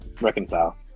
reconcile